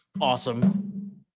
awesome